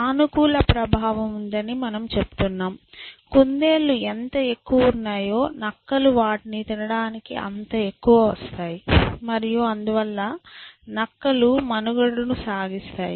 సానుకూల ప్రభావం ఉందని మనము చెప్తున్నాము కుందేళ్ళు ఎంత ఎక్కువ ఉన్నాయో నక్కలు వాటిని తినడానికి అంత ఎక్కువ వస్తాయి మరియు అందువల్ల నక్కలు మనుగడ సాగిస్తాయి